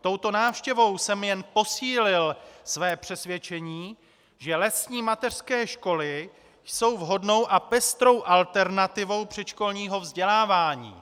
Touto návštěvou jsem jen posílil své přesvědčení, že lesní mateřské školy jsou vhodnou a pestrou alternativou předškolního vzdělávání.